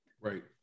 Right